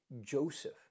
Joseph